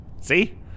See